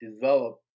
develop